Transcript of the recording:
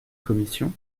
commission